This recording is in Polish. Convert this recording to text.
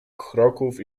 kroków